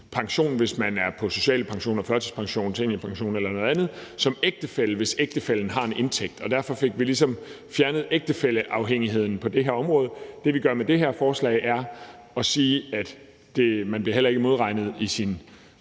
pension, hvis man er på social pension, førtidspension, seniorpension eller noget andet, som ægtefælle, hvis ægtefællen har en indtægt. Derfor fik vi ligesom fjernet ægtefælleafhængigheden på det her område. Det, vi gør med det her forslag, er at sige, at man heller ikke bliver modregnet i sin